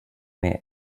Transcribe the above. may